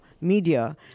media